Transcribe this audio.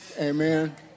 Amen